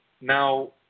Now